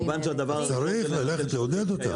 צריך ללכת לעודד אותם.